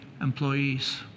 employees